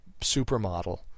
supermodel